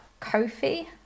Kofi